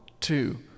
two